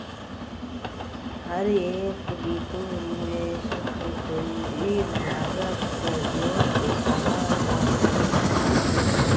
हर एक बितु निवेशकक पूंजीर लागत स जोर देखाला जा छेक